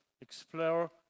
explore